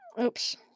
oops